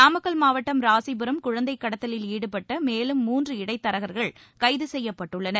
நாமக்கல் மாவட்டம் ராசிபுரம் குழந்தைக் கடத்தலில் ஈடுபட்ட மேலும் மூன்று இடைத்தரகர்கள் கைது செய்யப்பட்டுள்ளனர்